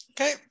okay